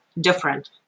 Different